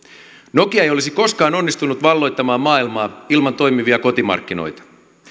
nokia ei olisi koskaan onnistunut valloittamaan maailmaa ilman toimivia kotimarkkinoita